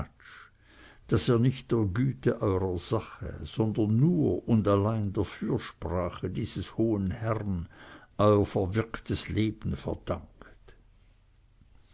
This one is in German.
daß ihr nicht der güte eurer sache sondern nur und allein der fürsprache dieses hohen herrn euer verwirktes leben verdankt